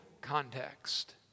context